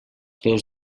peus